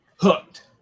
Hooked